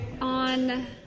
on